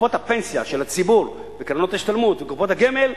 קופות הפנסיה של הציבור וקרנות ההשתלמות וקופות הגמל,